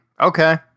Okay